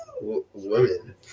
Women